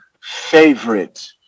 favorite